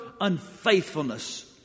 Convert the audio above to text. unfaithfulness